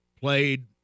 played